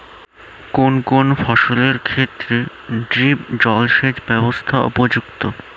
কোন কোন ফসলের ক্ষেত্রে ড্রিপ জলসেচ ব্যবস্থা উপযুক্ত?